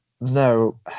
No